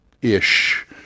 ish